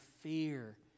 fear